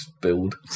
build